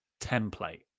template